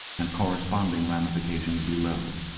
and corresponding ramifications below.